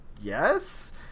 Yes